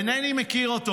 אינני מכיר אותו.